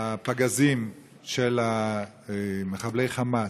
לפגזים של מחבלי חמאס.